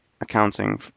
accounting